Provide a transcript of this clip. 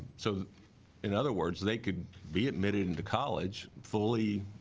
so in other words they could be admitted into college fully